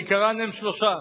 בעיקרם הם שלושה: